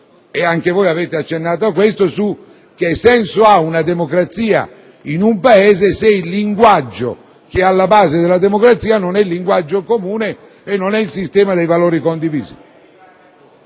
- anche voi avete accennato a questo - su che senso ha una democrazia in un Paese, se il linguaggio che è alla base della stessa democrazia non è quello comune e non è il sistema dei valori condivisi.